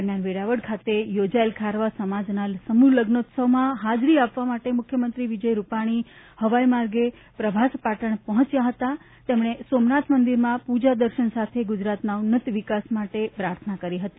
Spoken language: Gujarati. દરમ્યાન વેરાવળ ખાતે યોજાયેલા ખારવા સમાજના સમૂહલગ્નોત્સવમાં હાજરી આપવા માટે મુખ્યમંત્રી વિજય રૂપાલી હવાઇમાર્ગે પ્રભાસ પાટણ પહોંચ્યા હતા અને સોમનાથ મંદિરમાં પૂજાદર્શન સાથે ગુજરાતના ઉન્નત વિકાસ માટે દાદાને પ્રાર્થના કરી હતી